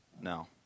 No